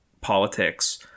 politics